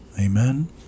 amen